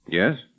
Yes